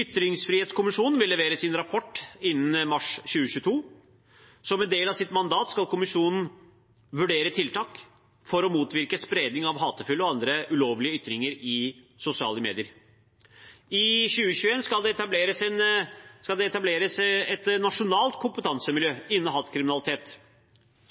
Ytringsfrihetskommisjonen vil levere sin rapport innen mars 2022. Som en del av sitt mandat skal kommisjonen vurdere tiltak for å motvirke spredning av hatefulle og andre ulovlige ytringer i sosiale medier. I 2021 skal det etableres et nasjonalt kompetansemiljø innen hatkriminalitet